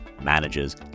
managers